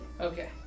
Okay